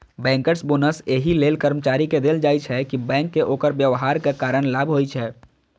bankers bonus एहि लेल कर्मचारी कें देल जाइ छै, कि बैंक कें ओकर व्यवहारक कारण लाभ होइ छै